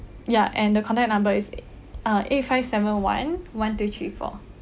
ya and the contact number is uh eight five seven one one two three four